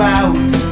out